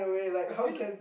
I feel